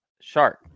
Shark